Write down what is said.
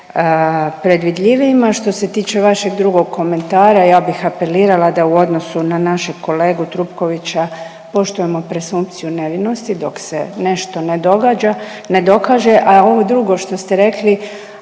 predvidljivijima, a što se tiče vašeg drugog komentara ja bih apelirala da u odnosu na naše kolegu Trupkovića poštujemo presumpciju nevinosti dok se nešto ne događa, ne dokaže, a ovo drugo što ste rekli